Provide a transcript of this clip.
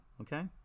okay